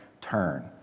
turn